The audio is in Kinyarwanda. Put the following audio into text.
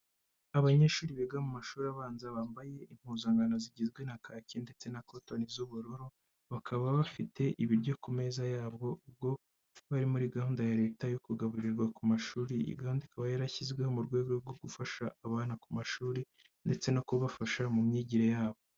Abanyeshuri biga mu mashuri abanza bambaye impuzankano zigizwe na kaki ndetse na cotoni z'ubururu, bakaba bafite ibiryo ku meza yabo. Ubwo bari muri gahunda ya leta yo kugaburirwa ku mashuri kandi ikaba yarashyizweho mu rwego rwo gufasha abana ku mashuri ndetse no kubafasha mu myigire yabo.